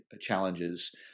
challenges